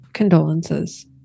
Condolences